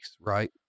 right